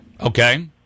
Okay